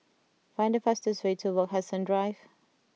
find the fastest way to Wak Hassan Drive